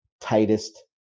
tightest